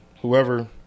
whoever